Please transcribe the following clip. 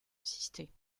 assistée